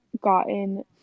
gotten